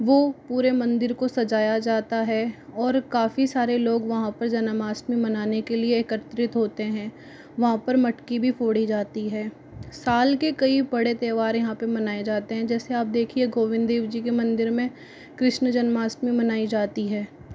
वह पूरे मंदिर को सजाया जाता है और काफी सारे लोग वहाँ पर जन्माष्टमी मनाने के लिए एकत्रित होते हैं वहाँ पर मटकी भी फोड़ी जाती है साल के कई बड़े त्योहार यहाँ पर मनाएँ जाते हैं जैसे आप देखिए गोविंद देव जी के मंदिर में कृष्ण जन्माष्टमी मनाई जाती है